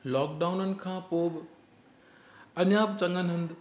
लॉकडाउननि खां पोइ बि अञा बि चङनि हंधु